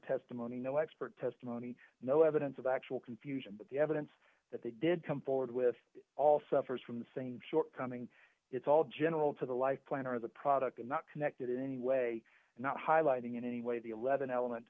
testimony no expert testimony no evidence of actual confusion but the evidence that they did come forward with all suffers from the same shortcoming it's all general to the life planner of the product is not connected in any way not highlighting in any way the eleven element